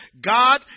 God